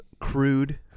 crude